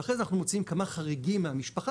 ואחרי זה אנחנו מוציאים כמה חריגים מהמשפחה